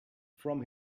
from